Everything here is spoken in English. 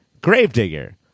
Gravedigger